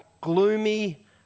gloomy